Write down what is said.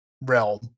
realm